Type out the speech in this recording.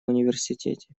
университете